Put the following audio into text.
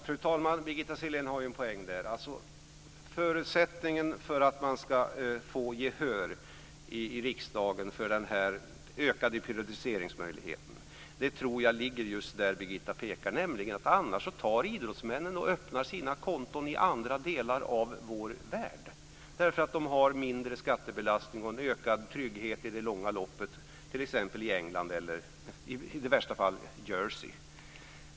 Fru talman! Det finns en poäng i det som Birgitta Sellén säger. En förutsättning för att i riksdagen vinna gehör för utökade periodiseringsmöjligheter tror jag ligger just i det som Birgitta Sellén pekar på, nämligen att idrottsmännen annars öppnar konton i andra delar av vår värld därför att det blir en mindre skattebelastning och en ökad trygghet i det långa loppet, t.ex. i England - i värsta fall i Jersey.